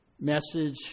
message